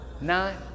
Nine